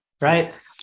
Right